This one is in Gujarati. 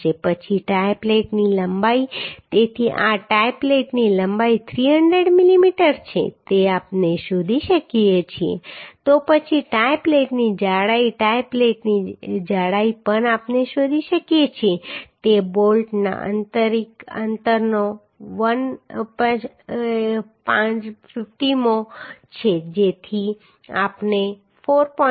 પછી ટાઈ પ્લેટની લંબાઇ તેથી આ ટાઈ પ્લેટની લંબાઈ 300 મિલીમીટર છે તે આપણે શોધી શકીએ છીએ તો પછી ટાઈ પ્લેટની જાડાઈ પણ આપણે શોધી શકીએ છીએ કે તે બોલ્ટના આંતરિક અંતરનો 1 50મો છે જેથી કરીને આપણે 4